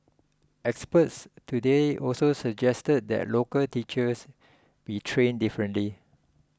experts today also suggested that local teachers be trained differently